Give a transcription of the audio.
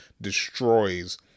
destroys